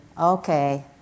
okay